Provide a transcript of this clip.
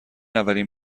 اولین